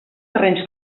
terrenys